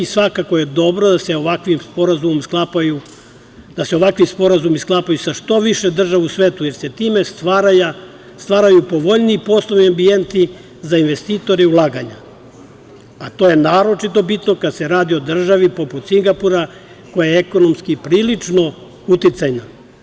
Svakako je dobro da se ovakvi sporazumi sklapaju sa što više država u svetu, jer se time stvaraju povoljniji poslovni ambijenti za investitore i ulaganja, a to je naročito bitno kada se radi o državi poput Singapura, koja je ekonomski prilično uticajna.